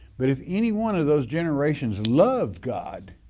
but if any one of those generations love god,